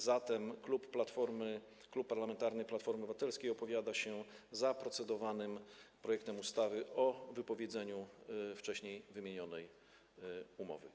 Zatem Klub Parlamentarny Platforma Obywatelska opowiada się za procedowanym projektem ustawy o wypowiedzeniu wcześniej wymienionej umowy.